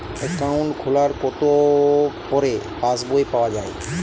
Account খোলার কতো পরে পাস বই পাওয়া য়ায়?